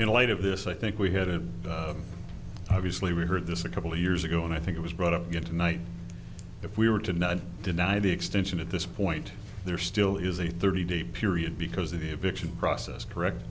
in light of this i think we had it obviously we heard this a couple years ago and i think it was brought up going tonight if we were to not deny the extension at this point there still is a thirty day period because of the eviction process correct